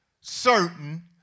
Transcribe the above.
certain